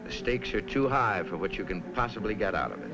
the stakes are too high for what you can possibly get out of it